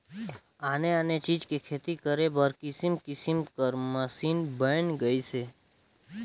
आने आने चीज के खेती करे बर किसम किसम कर मसीन बयन गइसे